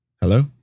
Hello